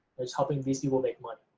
just helping these people make money.